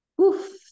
oof